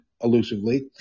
elusively